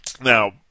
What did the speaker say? Now